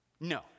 No